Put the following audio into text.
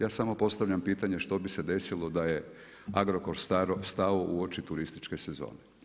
Ja samo postavljam pitanje što bi se desilo da je Agrokor stao uoči turističke sezone?